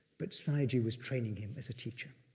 but sayagyi was training him as a teacher.